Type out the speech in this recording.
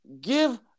Give